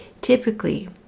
Typically